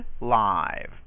live